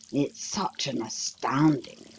it's such an astounding,